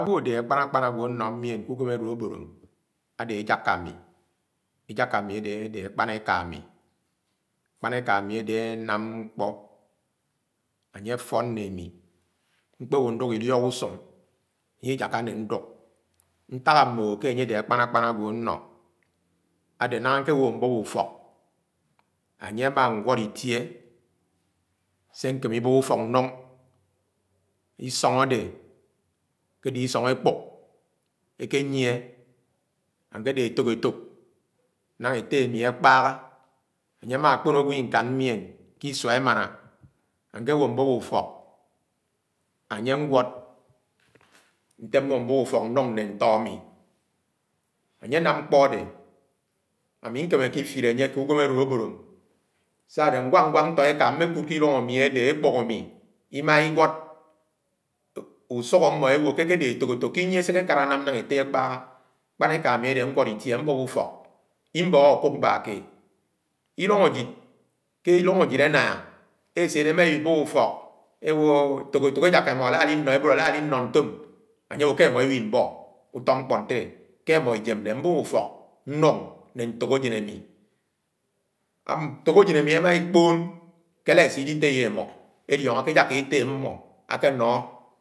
Agwo adẽ akpán ágwo ánọ nyién ke únwém álólóabód adẽ ejákã ámi, ejaka ami adé àkpánéka ámì, ákpánẽká ami adé anám ñkpọ̃ anye àfón ne ami. Ñkpéwõ ñdúk ìlíok ùsúng añye ìjáká ne ñduk. Nták amóhó ke anye adé ákpán-ákpán agwo ána. Ade Nánága ñté wóhó m̃bób úfọ́k anye ámá ñwọd ñtie se ñkémẽ ibób úfọk ñlúng isọng adẽ akẽdẽ isọng ekpúk, ékényié akede etók efók nañga ette ami ãkpáhá ãnye amã ãkpón ãgwo íkán ñyien ki-isuá émàné akéwó mbób úfók añye añwod nte mmõ mbób ufok nlúng ñe ñto ámi ánye anám ñkpọ́ adẽ ami ñkéméké ifite. Ánye ké ùwám alolobad. Sa-ádẽ nwák-nwak ñtọ eka mmẽkúd ke ilúnh ámí adẽ ekpúk ami imaha iwọd úsúk ámo ewo kékédé etók etók ké iñyie sé kékélã ánám nañgã ette akpa. Ákpánéká ami adẽ áwọd ntiè àmbób úfok, ibọhọ àkúk bákẽed. Iluñg ajid añnang ese edé emáwo ibób úfók ewo etók etok ejaha mmo alalino ebób alalino ñtóm anye awo ke emọ ìwìhi ibo ufo ñkpo ntele ke imo ijem re mbób úfok nlúng nè ntok ajem ami. Ntok ajen ami ema ekpõon elasi ile itéyé emọ eliongo ke ejoka ette amọ akenọ.